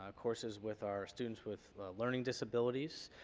ah courses with our students with learning disabilities,